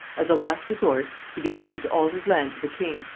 as a last resource, he bequeathed all his land to the king,